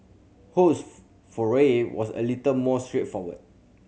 Ho's foray was a little more straightforward